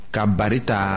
Kabarita